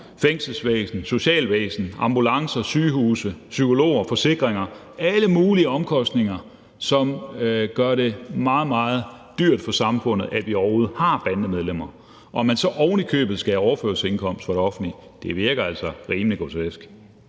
fængselsvæsen, socialvæsen, ambulancer, sygehuse, psykologer, forsikringer – alle mulige omkostninger, som gør det meget, meget dyrt for samfundet, at vi overhovedet har bandemedlemmer. Og at man så ovenikøbet skal have overførselsindkomst fra det offentlige, virker altså rimelig grotesk.